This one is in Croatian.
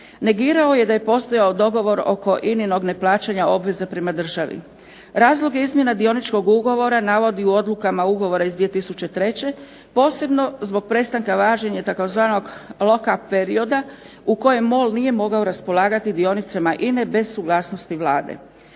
Negirao je da je postojao dogovor oko INA-inog neplaćanja obveza prema državi. Razloge izmjena Dioničkog ugovora navodi u odlukama ugovora iz 2003., posebno zbog prestanka važenja tzv. lock up perioda u kojem MOL nije mogao raspolagati dionicama INA-e bez suglasnosti Vlade.